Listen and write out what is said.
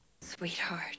Sweetheart